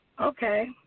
Okay